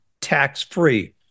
tax-free